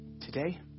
Today